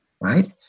right